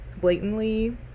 blatantly